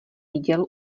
viděl